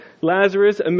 Lazarus